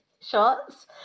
shots